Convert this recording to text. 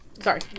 Sorry